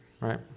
Right